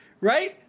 right